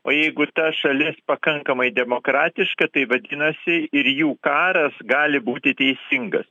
o jeigu ta šalis pakankamai demokratiška tai vadinasi ir jų karas gali būti teisingas